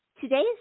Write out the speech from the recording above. Today's